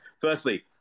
Firstly